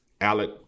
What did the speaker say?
Alec